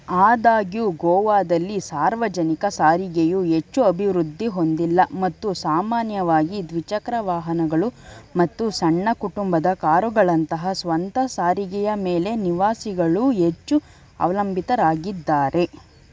ಆದಾಗ್ಯೂ ಗೋವಾದಲ್ಲಿ ಸಾರ್ವಜನಿಕ ಸಾರಿಗೆಯು ಹೆಚ್ಚು ಅಭಿವೃದ್ಧಿ ಹೊಂದಿಲ್ಲ ಮತ್ತು ಸಾಮಾನ್ಯವಾಗಿ ದ್ವಿಚಕ್ರ ವಾಹನಗಳು ಮತ್ತು ಸಣ್ಣ ಕುಟುಂಬದ ಕಾರುಗಳಂತಹ ಸ್ವಂತ ಸಾರಿಗೆಯ ಮೇಲೆ ನಿವಾಸಿಗಳು ಹೆಚ್ಚು ಅವಲಂಬಿತರಾಗಿದ್ದಾರೆ